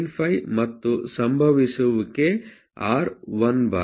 95 ಮತ್ತು ಸಂಭವಿಸುವಿಕೆ r 1 ಬಾರಿ